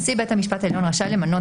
נשיא בית המשפט העליון רשאי למנות,